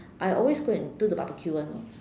I always go and do the barbecue [one] you know